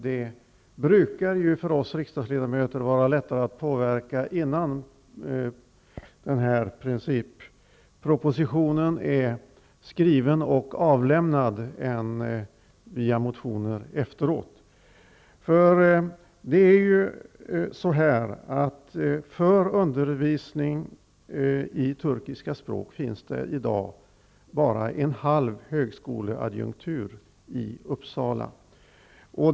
Det brukar ju för oss riksdagsledamöter vara lättare att påverka innan princippropositionen är skriven och avlämnad än via motioner efteråt. För undervisning i turkiska språk finns det i dag bara en halv högskoleadjunktur i Uppsala.